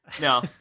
No